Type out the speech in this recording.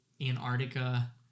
Antarctica